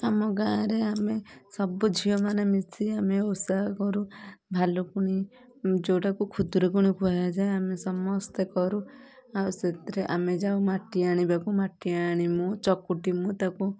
ଆମ ଗାଁରେ ଆମେ ସବୁ ଝିଅମାନେ ମିଶି ଆମେ ଓଷା କରୁ ଭାଲୁକୁଣି ଯେଉଁଟାକୁ ଖୁଦୁରୁକୁଣୀ କୁହାଯାଏ ଆମେ ସମସ୍ତେ କରୁ ଆଉ ସେଥିରେ ଆମେ ଯାଉ ମାଟି ଆଣିବାକୁ ମାଟି ଆଣି ମୁଁ ଚକୁଟି ମୁଁ ତାକୁ